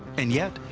and yet,